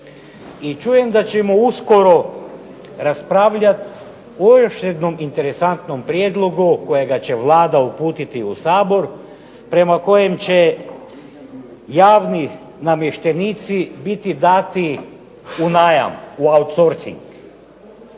čujem da ćemo uskoro raspravljati o još jednom interesantnom prijedlogu kojega će Vlada uputiti u Sabor, prema kojem će javni namještenici biti dati u najam u outsourcing,